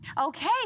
Okay